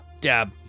dab